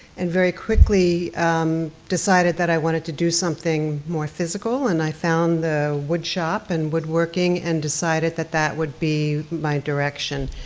and very quickly um decided that i wanted to do something more physical, and i found the wood shop, and woodworking, and decided that that would be my direction,